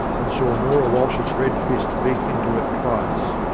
and saw norah walsh's red fist beat into it twice.